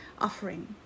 offering